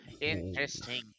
interesting